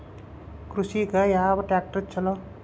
ಕೃಷಿಗ ಯಾವ ಟ್ರ್ಯಾಕ್ಟರ್ ಛಲೋ?